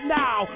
now